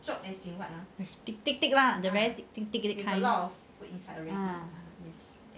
um those thick thick like the very thick thick kind lah